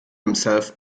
himself